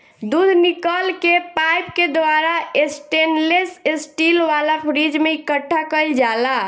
दूध निकल के पाइप के द्वारा स्टेनलेस स्टील वाला फ्रिज में इकठ्ठा कईल जाला